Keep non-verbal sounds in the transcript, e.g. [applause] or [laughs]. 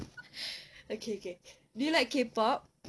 [laughs] okay okay do you like K pop